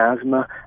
asthma